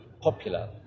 popular